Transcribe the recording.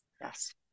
Yes